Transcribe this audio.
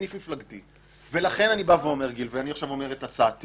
השלטון מתערב לנו בכל דבר: